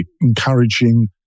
encouraging